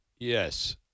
Yes